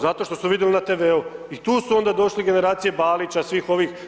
Zato što su vidjeli na TV-u i tu su onda došli generacije Balića i svih ovih.